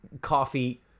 coffee